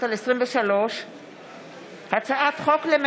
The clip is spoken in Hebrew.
פ/2414/23 וכלה בהצעת חוק פ/2177/23: